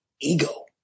ego